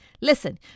Listen